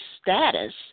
status